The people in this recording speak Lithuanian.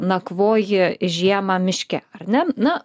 nakvoji žiemą miške ar ne na